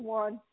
one